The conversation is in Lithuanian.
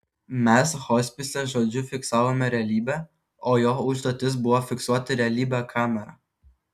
mes hospise žodžiu fiksavome realybę o jo užduotis buvo fiksuoti realybę kamera